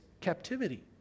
captivity